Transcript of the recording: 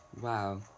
Wow